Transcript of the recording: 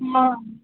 मा